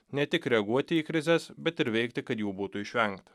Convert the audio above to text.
ne tik reaguoti į krizes bet ir veikti kad jų būtų išvengta